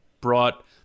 brought